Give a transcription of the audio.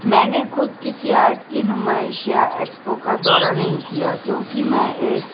میں نے خود کسی آرٹ کی نمائشیہ ایکسپو کا دورہ نہیں کیا کیونکہ میں ایک